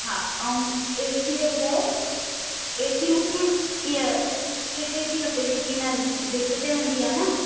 हा ऐं A C जो ॿुधायो ए सी मूंखे इएं स्प्लिट ए सी खपे जेकी हिननि भित ते हणिॿी आहे ना